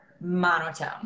monotone